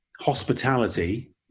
hospitality